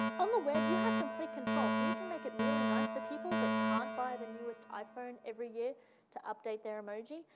on the web, you have complete control, so you can make it really nice for people that can't buy the newest iphone every year to update their emoji.